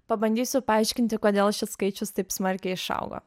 pabandysiu paaiškinti kodėl šis skaičius taip smarkiai išaugo